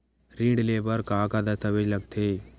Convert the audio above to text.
ऋण ले बर का का दस्तावेज लगथे?